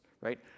right